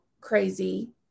crazy